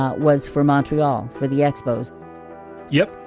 ah was for montreal for the expos yep,